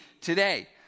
today